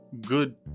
good